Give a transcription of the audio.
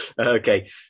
okay